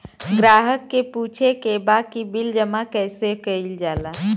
ग्राहक के पूछे के बा की बिल जमा कैसे कईल जाला?